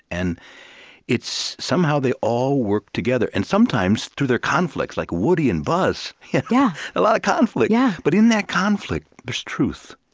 and somehow, they all work together. and sometimes, through their conflicts, like woody and buzz yeah yeah a lot of conflict. yeah but in that conflict, there's truth.